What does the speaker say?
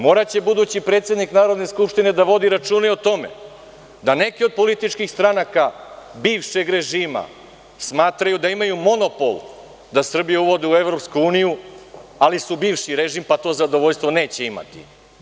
Moraće budući predsednik Narodne skupštine da vodi računa i o tome da neki od političkih stranaka bivšeg režima smatraju da imaju monopol da Srbiju uvode u EU, ali su bivši režim, pa to zadovoljstvo neće imati.